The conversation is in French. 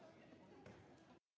Merci,